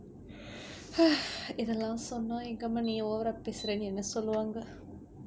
இதெல்லாம் சொன்னா எங்கம்மா நீ:ithellam sonna engamma nee over ah பேசுரனு என்ன சொல்லுவாங்க:paesuranu enna solluvaanga